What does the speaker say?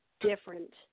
different